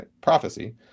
prophecy